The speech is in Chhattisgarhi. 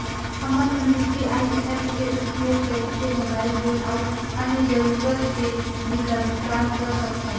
हमन मन यू.पी.आई ऐप्स के उपयोग करिके मोबाइल बिल अऊ अन्य जरूरत के बिल ल भुगतान कर सकथन